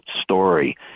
story